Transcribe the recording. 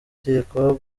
bakekwaho